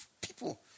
people